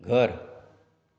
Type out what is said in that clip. घर